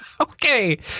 Okay